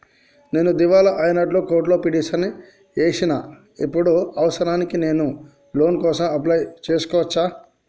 నేను దివాలా అయినట్లు కోర్టులో పిటిషన్ ఏశిన ఇప్పుడు అవసరానికి నేను లోన్ కోసం అప్లయ్ చేస్కోవచ్చా?